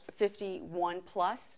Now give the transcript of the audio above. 51-plus